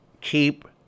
keep